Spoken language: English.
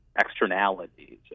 externalities